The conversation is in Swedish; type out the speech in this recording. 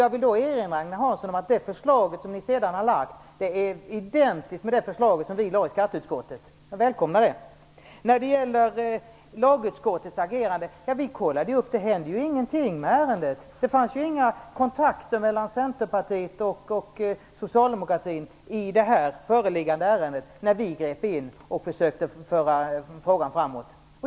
Jag vill erinra Agne Hansson om att det förslag som ni sedan har lagt fram är identiskt med det förslag som vi väckte i skatteutskottet. Jag välkomnar det. När det gäller lagutskottets agerande har vi kollat upp att det inte hände någonting i ärendet. Det fanns inga kontakter mellan Centerpartiet och socialdemokratin i det föreliggande ärendet när vi grep in och försökte föra frågan framåt.